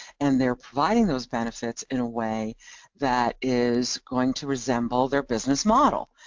and they're providing those benefits in a way that is going to resemble their business model.